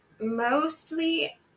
mostly